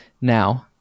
now